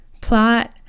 plot